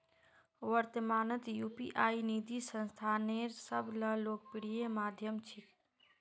वर्त्तमानत यू.पी.आई निधि स्थानांतनेर सब स लोकप्रिय माध्यम छिके